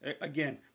Again